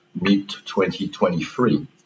mid-2023